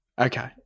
Okay